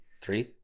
Three